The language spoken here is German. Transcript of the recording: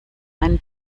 einen